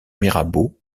mirabeau